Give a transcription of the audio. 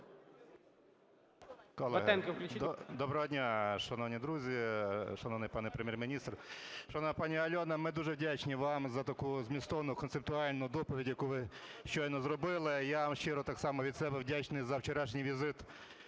Доброго дня, шановні друзі, шановний пане Прем'єр-міністр. Шановна пані Альона, ми дуже вдячні вам за таку змістовну концептуальну доповідь, яку ви щойно зробили. Я вам щиро так само від себе вдячний за вчорашній візит